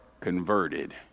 converted